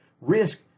risk